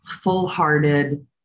full-hearted